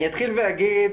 אני אתחיל ואגיד,